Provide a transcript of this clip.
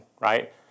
right